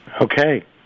Okay